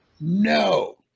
No